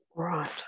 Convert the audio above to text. right